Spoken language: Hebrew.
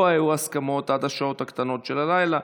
לא היו הסכמות עד השעות הקטנות של הלילה,